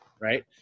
Right